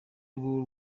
rw’u